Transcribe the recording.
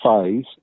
phase